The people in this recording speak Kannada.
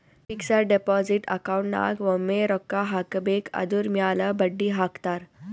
ಫಿಕ್ಸಡ್ ಡೆಪೋಸಿಟ್ ಅಕೌಂಟ್ ನಾಗ್ ಒಮ್ಮೆ ರೊಕ್ಕಾ ಹಾಕಬೇಕ್ ಅದುರ್ ಮ್ಯಾಲ ಬಡ್ಡಿ ಹಾಕ್ತಾರ್